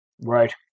Right